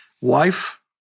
Wife